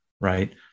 right